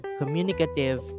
communicative